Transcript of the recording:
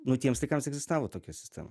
nu tiems laikams egzistavo tokia sistema